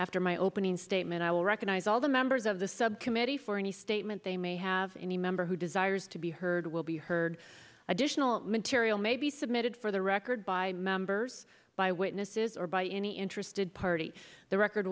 after my opening statement i will recognize all the members of the subcommittee for any statement they may have any member who desires to be heard will be heard additional material may be submitted for the record by members by witnesses or by any interested party the record